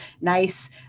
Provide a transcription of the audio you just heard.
nice